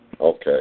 Okay